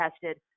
tested